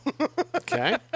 Okay